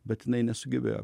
bet jinai nesugebėjo